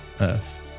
Earth